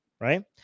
right